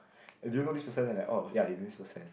eh do you know this person then they're like oh ya I know this person